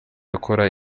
akora